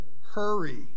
hurry